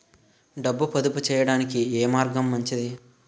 డబ్బు పొదుపు చేయటానికి ఏ మార్గం మంచిది?